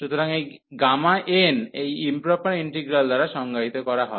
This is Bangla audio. সুতরাং গামা n এই ইম্প্রপার ইন্টিগ্রাল দ্বারা সংজ্ঞায়িত করা হয়